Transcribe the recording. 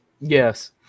Yes